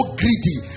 greedy